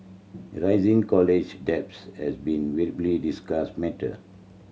rising college debt has been widely discussed matter